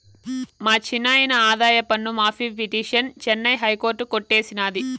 మా చిన్నాయిన ఆదాయపన్ను మాఫీ పిటిసన్ చెన్నై హైకోర్టు కొట్టేసినాది